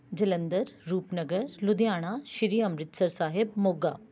Jalandhar Rupnagar Ludhiana Sri Amritsar Sahib Moga